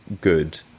good